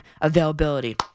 availability